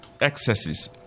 excesses